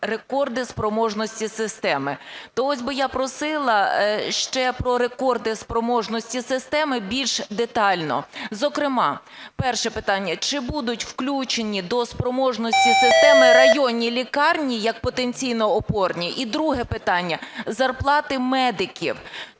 рекорди спроможності системи. То ось би я просила ще про рекорди спроможності системи більш детально. Зокрема, перше питання – чи будуть включені до спроможності системи районні лікарні як потенційно опорні? І друге питання. Зарплати медиків.